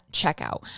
checkout